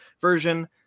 version